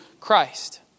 Christ